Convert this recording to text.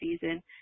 season